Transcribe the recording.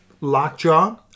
Lockjaw